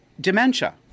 dementia